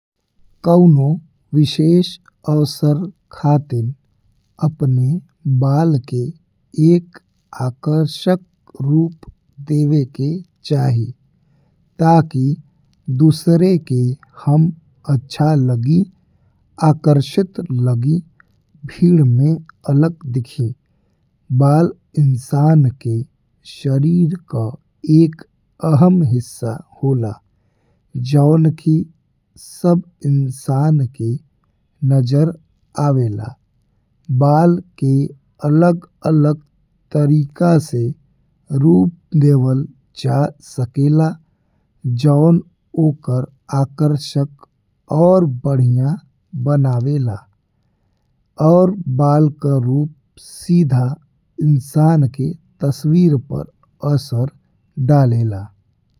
कउनो विशेष अवसर खातिर अपने बाल के एक आकर्षक रूप देवे के चाही ताकि दुसरे के हम अच्छा लगी, आकर्षित लगिन। भीड़ में अलग देखिन बाल इंसान के शरीर का एक अहम हिस्सा होला जौन कि सब इंसान के नजर आवेला। बाल के अलग अलग तरीका से रूप देवल जा सकेला जौन ओकर आकर्षक और बढ़िया बनावेला और बाल का रूप सीधा इंसान के तस्वीर पर असर डालेला।